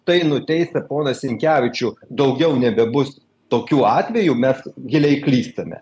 tai nuteisę poną sinkevičių daugiau nebebus tokių atvejų mes giliai klystame